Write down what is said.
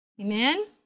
Amen